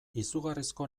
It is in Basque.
izugarrizko